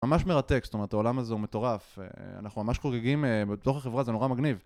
ממש מרתק, זאת אומרת, העולם הזה הוא מטורף, אנחנו ממש חוגגים בתור חברה, זה נורא מגניב.